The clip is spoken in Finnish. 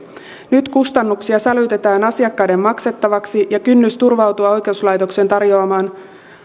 nyt kustannuksia sälytetään asiakkaiden maksettavaksi ja kynnys turvautua oikeuslaitoksen tarjoamaan